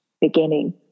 beginning